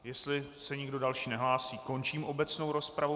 Jestli se nikdo další nehlásí, končím obecnou rozpravu.